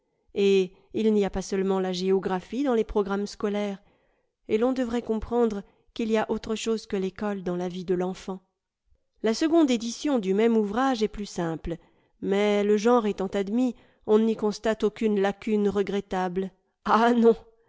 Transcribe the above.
et il n'y a pas seulement la géographie dans les programmes scolaires et l'on devrait comprendre qu'il y a autre chose que l'école dans la vie de l'enfant la seconde édition du même ouvrage est plus simple mais le g enre étant admis on n'y constate aucune lacune regrettable ah non